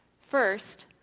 First